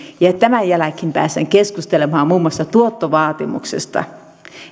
ja että tämän jälkeen päästään keskustelemaan muun muassa tuottovaatimuksesta